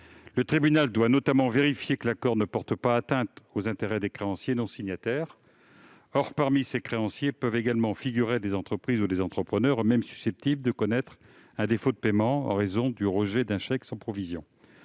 Le tribunal doit notamment vérifier que l'accord ne porte pas atteinte aux intérêts des créanciers non signataires. Or parmi ces créanciers peuvent également figurer des entreprises ou des entrepreneurs eux-mêmes susceptibles de connaître un défaut de paiement en raison du rejet d'un chèque sans provision.